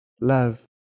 love